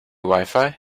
wifi